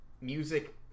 music